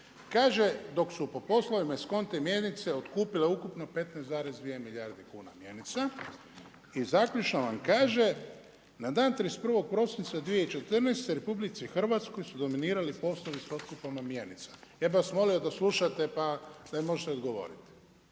Kaže, dok su po poslovima diskontne mjenice, otkupile ukupno 15,2 milijardi kuna mjenica, i zaključno vam kaže, na dan 31. prosinca 2014. RH, su dominirani poslovi s otkupom mjenica. Ja bih vas molio da slušate, pa da mi možete odgovoriti.